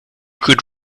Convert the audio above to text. could